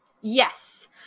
Yes